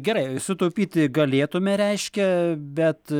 gerai sutaupyti galėtume reiškia bet